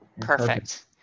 Perfect